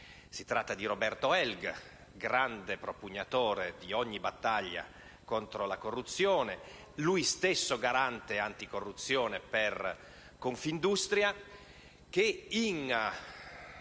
Si tratta di Roberto Helg, grande propugnatore di ogni battaglia contro la corruzione, egli stesso garante anticorruzione per Confindustria, che in